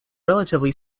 relatively